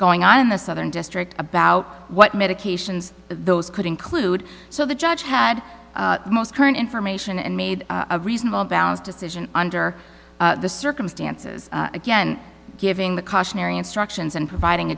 going on in the southern district about what medications those could include so the judge had the most current information and made a reasonable balance decision under the circumstances again giving the cautionary instructions and providing